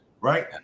right